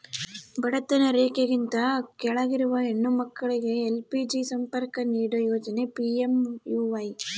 ಬಡತನ ರೇಖೆಗಿಂತ ಕೆಳಗಿರುವ ಹೆಣ್ಣು ಮಕ್ಳಿಗೆ ಎಲ್.ಪಿ.ಜಿ ಸಂಪರ್ಕ ನೀಡೋ ಯೋಜನೆ ಪಿ.ಎಂ.ಯು.ವೈ